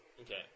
Okay